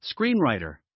screenwriter